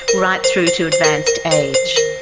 right through to advanced age.